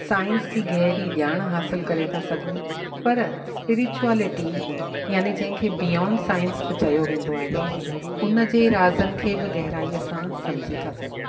science जी गहिरी ॼाण हासिलु करे था सघूं पर स्प्रिचुएलिटी याने जंहिंखें बियॉंड साइंस चयो वेंदो आहे उन जे राज़नि खे बि गहिराईअ सां सम्झी था सघूं